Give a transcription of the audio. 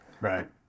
right